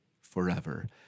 forever